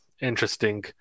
interesting